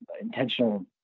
intentional